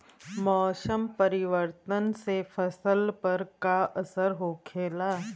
मौसम परिवर्तन से फसल पर का असर होखेला?